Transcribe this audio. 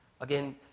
Again